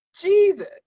Jesus